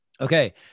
Okay